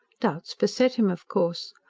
doubts beset him of course.